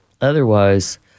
otherwise